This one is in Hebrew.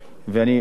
בהם.